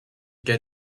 get